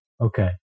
okay